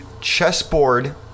chessboard